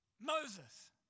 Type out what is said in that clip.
Moses